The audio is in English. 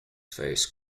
face